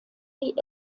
die